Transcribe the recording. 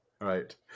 right